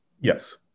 Yes